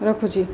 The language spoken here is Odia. ରଖୁଛି